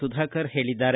ಸುಧಾಕರ ಹೇಳಿದ್ದಾರೆ